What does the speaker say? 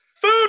Food